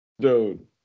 Dude